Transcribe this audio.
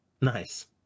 Nice